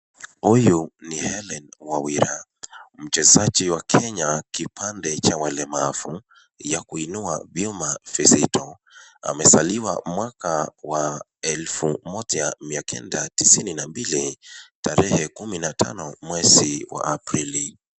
Huyu ni Hellen Wawira mchezaji wa Kenya kipande cha walemavu ya kuinua vyuma vizito. Amezaliwa mwaka wa elfu moja mia kenda tisini na mbili, tarehe kumi na tano mwezi wa aprili.